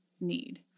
need